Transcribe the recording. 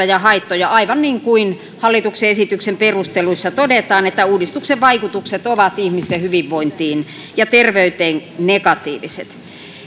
ja haittoja aivan niin kuin hallituksen esityksen perusteluissa todetaan että uudistuksen vaikutukset ovat ihmisten hyvinvointiin ja terveyteen negatiiviset